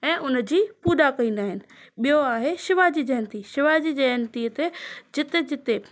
ऐं हुनजी पूॼा कंदा आहिनि ॿियो आहे शिवा जी जयंती शिवा जी जयंतीअ ते जीते जीते